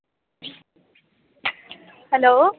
hello